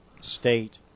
State